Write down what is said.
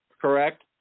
Correct